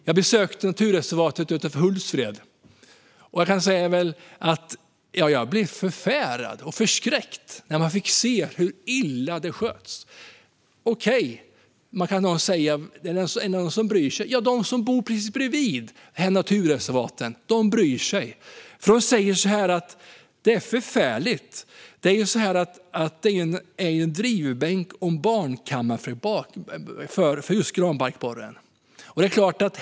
Jag besökte naturreservatet utanför Hultsfred och blev förfärad och förskräckt när jag fick se hur illa det sköts. Okej, kan man säga, är det någon som bryr sig? Ja, de som bor precis bredvid naturreservaten bryr sig. De säger att det är förfärligt, för det är ju en drivbänk och en barnkammare för granbarkborren.